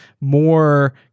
more